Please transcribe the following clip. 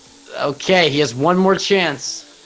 okay he has one more chance